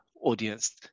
audience